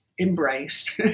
embraced